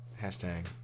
Hashtag